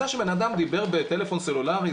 שבן אדם דיבר בטלפון סלולרי,